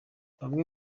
bamwe